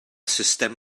sustem